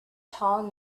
tall